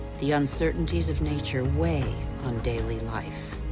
the uncertainties of nature weigh on daily life.